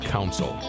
Council